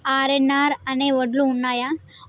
RNR అనే వడ్లు ఉన్నయా?